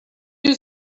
you